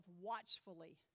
watchfully